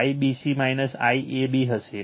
IBC IAB હશે